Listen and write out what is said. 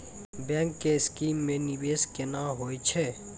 Bank के scheme मे निवेश केना होय छै?